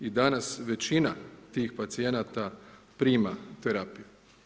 I danas većina tih pacijenata prima terapije.